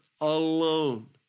alone